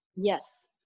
Yes